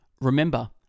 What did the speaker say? Remember